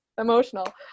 emotional